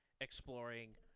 exploring